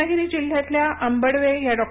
रत्नागिरी जिल्ह्यातल्या आंबडवे या डॉ